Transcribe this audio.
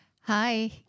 Hi